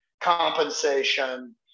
compensation